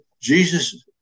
Jesus